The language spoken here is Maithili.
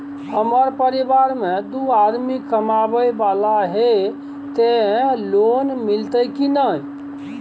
हमरा परिवार में दू आदमी कमाए वाला हे ते लोन मिलते की ने?